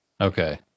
Okay